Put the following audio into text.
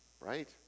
right